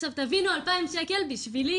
עכשיו תבינו, אלפיים שקל בשבילי